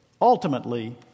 ultimately